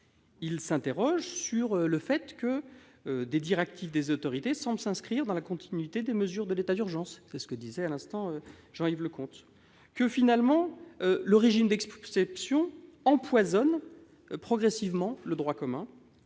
Il s'interroge sur le fait que des directives des autorités semblent s'inscrire dans la continuité des mesures de l'état d'urgence, comme le relevait M. Leconte à l'instant, que, finalement, le régime d'exception empoisonne progressivement le droit commun